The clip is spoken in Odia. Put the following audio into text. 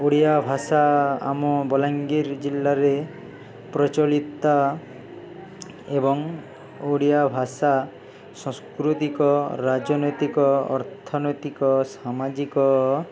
ଓଡ଼ିଆ ଭାଷା ଆମ ବଲାଙ୍ଗୀର ଜିଲ୍ଲାରେ ପ୍ରଚଳିତ ଏବଂ ଓଡ଼ିଆ ଭାଷା ସଂସ୍କୃତିକ ରାଜନୈତିକ ଅର୍ଥନୈତିକ ସାମାଜିକ